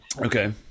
Okay